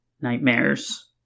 nightmares